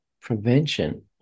prevention